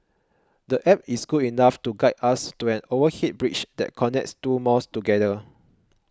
the App is good enough to guide us to an overhead bridge that connects two malls together